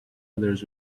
others